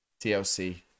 tlc